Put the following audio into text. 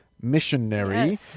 missionary